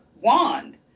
wand